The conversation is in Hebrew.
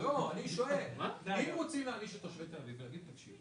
יכול להיות שיתקנו